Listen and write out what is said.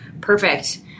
Perfect